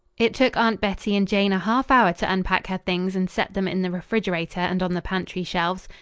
it took aunt bettie and jane a half-hour to unpack her things and set them in the refrigerator and on the pantry shelves.